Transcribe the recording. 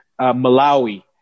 Malawi